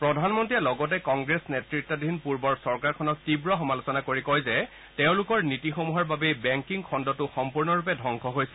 প্ৰধানমন্ত্ৰীয়ে লগতে কংগ্ৰেছ নেতৃত্বাধীন পূৰ্বৰ চৰকাৰখনক তীৱ সমালোচনা কৰি কয় যে তেওঁলোকৰ নীতিসমূহৰ বাবেই বেংকিং খণ্ডটো সম্পূৰ্ণৰূপে ধবংস হৈছে